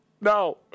No